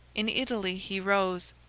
in italy he rose,